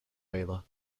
valour